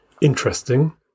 interesting